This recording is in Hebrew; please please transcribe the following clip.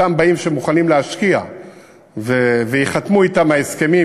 אלה שבאים ומוכנים להשקיע וייחתמו אתם ההסכמים,